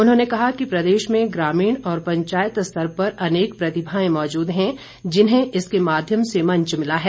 उन्होंने कहा कि प्रदेश में ग्रामीण और पंचायत स्तर पर अनेक प्रतिभाएं मौजूद हैं जिन्हें इसके माध्यम से मंच मिला है